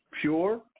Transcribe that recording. pure